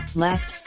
left,